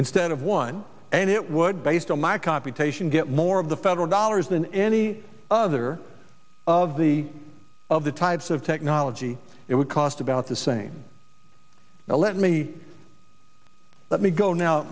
instead of one and it would based on my computation get more of the federal dollars than any other of the of the types of technology it would cost about the same now let me let me go now